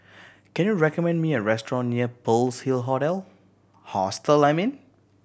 can you recommend me a restaurant near Pearl's Hill Hotel Hostel Liming